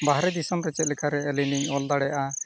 ᱵᱟᱦᱨᱮ ᱫᱤᱥᱚᱢᱨᱮ ᱪᱮᱫ ᱞᱮᱠᱟᱨᱮ ᱟᱞᱤᱧ ᱞᱤᱧ ᱚᱞ ᱫᱟᱲᱮᱭᱟᱜᱼᱟ